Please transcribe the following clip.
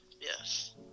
Yes